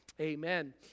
Amen